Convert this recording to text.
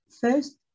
first